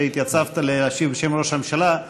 שהתייצבת להשיב בשם ראש הממשלה.